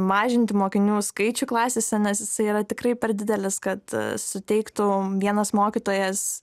mažinti mokinių skaičių klasėse nes jisai yra tikrai per didelis kad suteiktų vienas mokytojas